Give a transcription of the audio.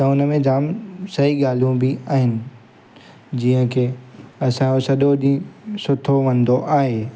त हुन में जाम सही ॻाल्हियूं बि आहिनि जीअं की असांजो सॼो ॾींहुं सुठो वेंदो आहे